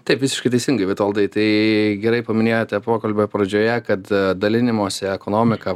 taip visiškai teisingai vitoldai tai gerai paminėjote pokalbio pradžioje kad dalinimosi ekonomika